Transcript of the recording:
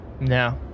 no